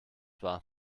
war